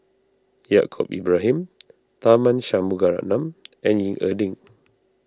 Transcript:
Yaacob Ibrahim Tharman Shanmugaratnam and Ying E Ding